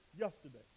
yesterday